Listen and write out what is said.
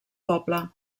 poble